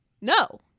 no